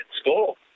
school